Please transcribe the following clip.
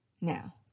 Now